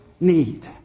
need